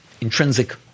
intrinsic